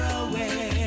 away